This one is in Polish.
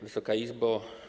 Wysoka Izbo!